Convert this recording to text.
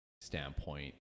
standpoint